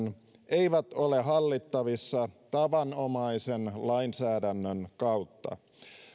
eivät ole hallittavissa tavanomaisen lainsäädännön kautta